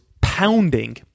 pounding